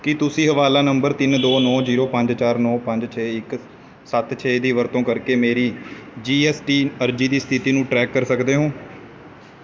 ਕੀ ਤੁਸੀਂ ਹਵਾਲਾ ਨੰਬਰ ਤਿੰਨ ਦੋ ਨੌਂ ਜ਼ੀਰੋ ਪੰਜ ਚਾਰ ਨੌਂ ਪੰਜ ਛੇ ਇੱਕ ਸੱਤ ਛੇ ਦੀ ਵਰਤੋਂ ਕਰਕੇ ਮੇਰੀ ਜੀ ਐੱਸ ਟੀ ਅਰਜ਼ੀ ਦੀ ਸਥਿਤੀ ਨੂੰ ਟਰੈਕ ਕਰ ਸਕਦੇ ਹੋ